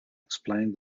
explained